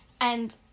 And-